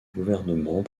gouvernement